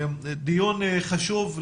דיון חשוב.